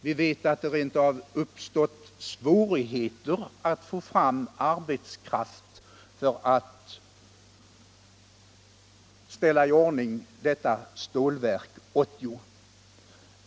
Vi vet att det rent av uppstått svårigheter när det gäller att få fram arbetskraft för att ställa i ordning Stålverk 80.